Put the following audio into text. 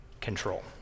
control